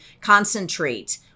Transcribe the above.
concentrate